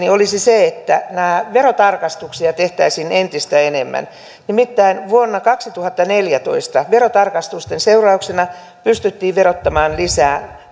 olisi se että näitä verotarkastuksia tehtäisiin entistä enemmän nimittäin vuonna kaksituhattaneljätoista verotarkastusten seurauksena pystyttiin verottamaan lisää